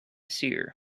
seer